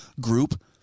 group